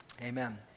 amen